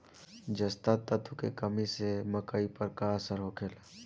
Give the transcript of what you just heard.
जस्ता तत्व के कमी से मकई पर का असर होखेला?